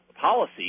policy